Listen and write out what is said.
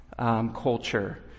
culture